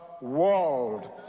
world